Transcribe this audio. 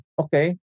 okay